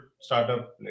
startup